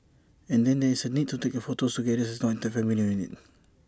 and then there is the need to take photos together as one tight familial unit